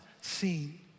seen